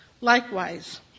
Likewise